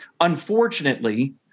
Unfortunately